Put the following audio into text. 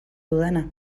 dudana